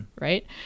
right